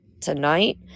tonight